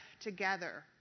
together